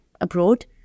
abroad